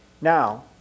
Now